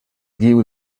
guiu